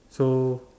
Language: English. so